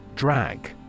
Drag